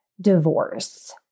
divorce